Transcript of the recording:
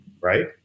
right